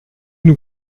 nous